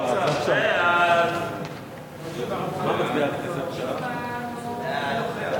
ההצעה להעביר את הצעת חוק לתיקון פקודת מס הכנסה (מס' 180),